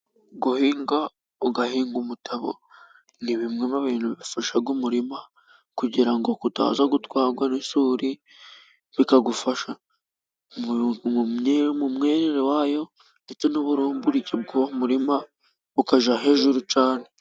Guhinga ugahinga umutabo ni bimwe mu bintu bifasha umurima kugira ngo utaza gutwarwa n'isuri bikagufasha mu myerere yawo ndetse n'uburumbuke bw'uwo murima ukajya hejuru cyane.